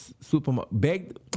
supermarket